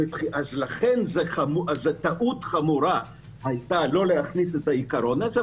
זאת טעות חמורה הייתה לא להכניס את העיקרון הזה,